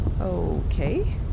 Okay